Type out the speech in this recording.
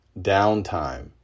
downtime